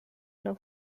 know